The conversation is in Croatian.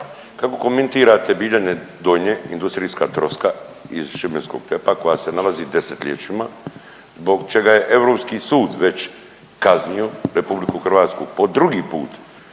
Kako komentirate Biljane Donje, industrijska troska iz Šibenskog TEP-a koja se nalazi desetljećima, zbog čega je Europski sud već kaznio RH po drugi put